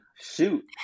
Shoot